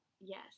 yes